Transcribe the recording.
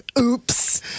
Oops